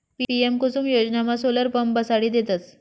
PM Kusum योजनामा solar pump बसाडी देतस